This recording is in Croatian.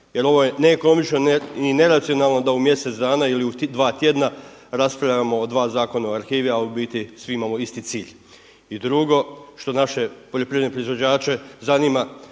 jer ovo je neekonomično i neracionalno da u mjesec dana ili u 2 tjedna raspravljamo o dva Zakona o arhivi a u biti svi imamo isti cilj. I drugo, što naše poljoprivredne proizvođače zanima